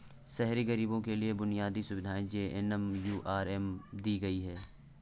शहरी गरीबों के लिए बुनियादी सुविधाएं जे.एन.एम.यू.आर.एम में दी गई